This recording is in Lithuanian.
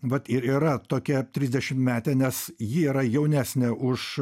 vat ir yra tokia trisdešimtmetė nes ji yra jaunesnė už